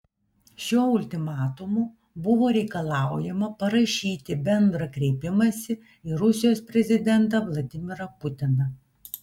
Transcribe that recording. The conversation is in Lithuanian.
šiuo ultimatumu buvo reikalaujama parašyti bendrą kreipimąsi į rusijos prezidentą vladimirą putiną